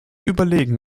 überlegen